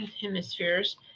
hemispheres